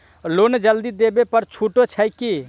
Loan जल्दी देबै पर छुटो छैक की?